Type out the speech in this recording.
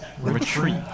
Retreat